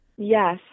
Yes